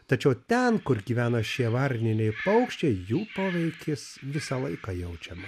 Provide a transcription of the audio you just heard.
tačiau ten kur gyvena šie varniniai paukščiai jų poveikis visą laiką jaučiama